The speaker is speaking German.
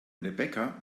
rebecca